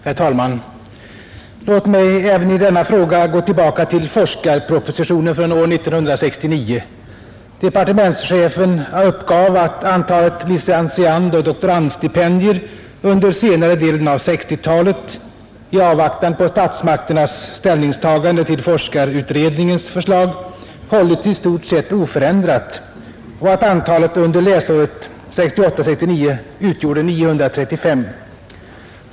Herr talman! Låt mig även i denna fråga gå tillbaka till forskarpropositionen år 1969. Departementschefen uppgav att antalet licentiandoch doktorandstipendier under senare delen av 1960-talet i avvaktan på statsmakternas ställningstagande till forskarutredningens förslag hållits i stort sett oförändrat och att antalet under läsåret 1968/69 utgjorde 135.